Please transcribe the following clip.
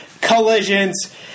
collisions